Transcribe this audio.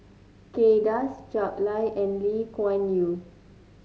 Kay Das Jack Lai and Lee Kuan Yew